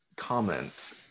comment